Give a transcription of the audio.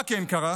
מה כן קרה?